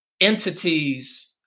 entities